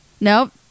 Nope